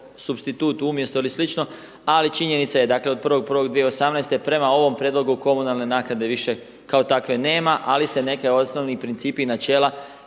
supstitut umjesto ili slično, ali činjenica je dakle, od 1.1.2018. prema ovom prijedlogu komunalne naknade više kao takve nema. Ali se neki osnovni principi i načela